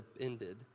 ended